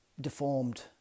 deformed